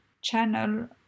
channel